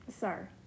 sir